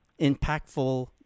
impactful